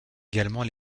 également